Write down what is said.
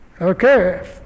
Okay